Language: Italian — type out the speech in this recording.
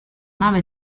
nave